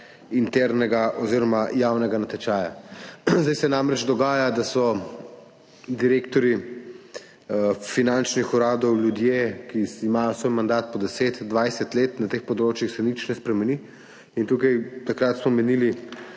internega oziroma javnega natečaja. Zdaj se namreč dogaja, da so direktorji finančnih uradov ljudje, ki imajo svoj mandat po 10, 20 let, na teh področjih se nič ne spremeni. Takrat smo menili,